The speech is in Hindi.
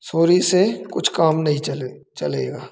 सॉरी से कुछ काम नहीं चले चलेगा